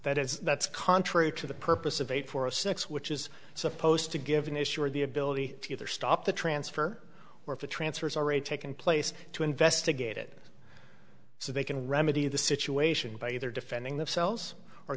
that is that's contrary to the purpose of a four of six which is supposed to give an issue or the ability to either stop the transfer or if a transfer is already taken place to investigate it so they can remedy the situation by either defending themselves